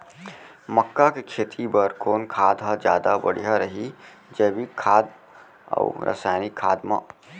मक्का के खेती बर कोन खाद ह जादा बढ़िया रही, जैविक खाद अऊ रसायनिक खाद मा?